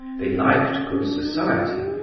they liked good society,